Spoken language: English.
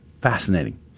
Fascinating